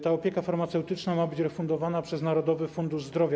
Ta opieka farmaceutyczna ma być refundowana przez Narodowy Fundusz Zdrowia.